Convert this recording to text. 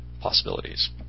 possibilities